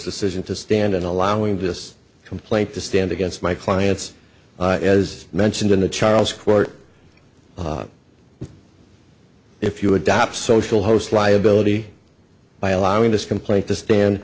decision to stand in allowing this complaint to stand against my clients as mentioned in the charles court if you adopt social host liability by allowing this complaint to stand